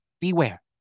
beware